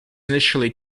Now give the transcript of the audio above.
initially